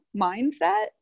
mindset